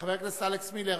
חבר הכנסת אלכס מילר,